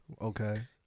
Okay